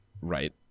right